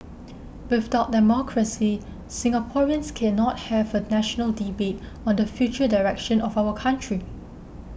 without democracy Singaporeans cannot have a national debate on the future direction of our country